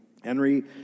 Henry